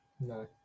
No